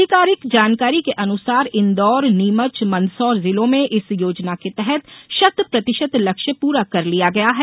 अधिकारिक जानकारी के अनुसार इंदौर नीमच मंदसौर जिलों में इस योजना के तहत शत प्रतिशत लक्ष्य पूरा कर लिया गया है